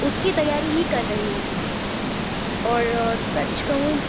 उसकी तैयारी ही कर रही हूँ और सच कहूँ